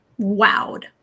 wowed